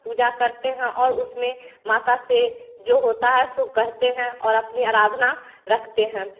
पूजा करते हैं और उसमें माता से जो होता है सो कहते हैं और अपनी अराधना रखते हैं